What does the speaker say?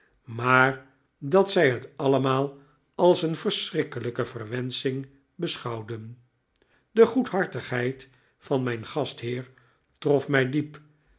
maar dat zij het allemaal als een verschrikkelijke verwensching beschouwden de goedhartigheid van mijn gastheer trof mij diep